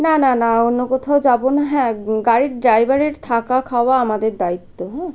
না না না আর অন্য কোথাও যাবো না হ্যাঁ গাড়ির ড্রাইভারের থাকা খাওয়া আমাদের দায়িত্ব হ্যাঁ